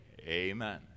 amen